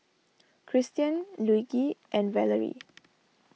Christian Luigi and Valarie